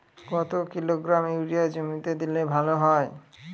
কত kilogram urea জমিতে দিলে ভালো হয়?